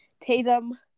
Tatum